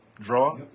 draw